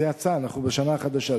זה יצא, אנחנו בשנה חדשה.